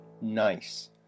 Nice